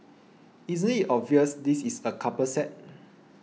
isn't it obvious this is a couple set